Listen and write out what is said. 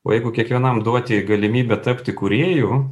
o jeigu kiekvienam duoti galimybę tapti kūrėju